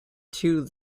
two